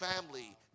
family